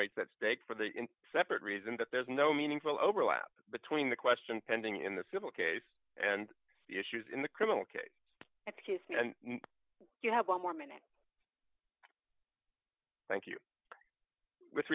rights that steak for the separate reason that there's no meaningful overlap between the question pending in the civil case and the issues in the criminal case and you have one more minute thank you with